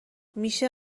میشه